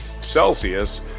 Celsius